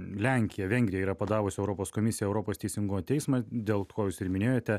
lenkija vengrija yra padavusi europos komisija europos teisingumo teismą dėl ko jūs ir minėjote